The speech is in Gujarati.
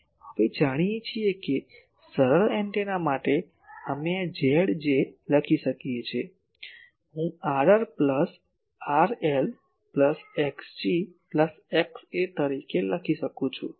હવે આપણે જાણીએ છીએ કે સરળ એન્ટેના માટે અમે આ Zj લખી શકીએ છીએ હું Rr plus RL plus Xg plus XA તરીકે લખી શકું છું